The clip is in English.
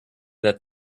that